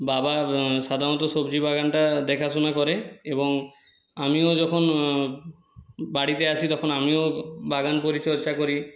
বাবা সাধারণত সবজি বাগানটা দেখাশোনা করে এবং আমিও যখন বাড়িতে আসি তখন আমিও বাগান পরিচর্যা করি